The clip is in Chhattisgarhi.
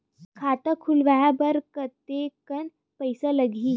खाता खुलवाय बर कतेकन पईसा लगही?